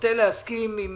נוטה להסכים עם